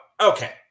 Okay